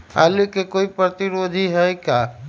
आलू के कोई प्रतिरोधी है का?